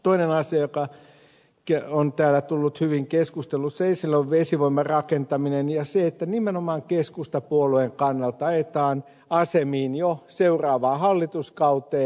toinen asia joka on täällä tullut hyvin keskustelussa esille on vesivoiman rakentaminen ja se että nimenomaan keskustapuolueen kannalta ajetaan asemiin jo seuraavaan hallituskauteen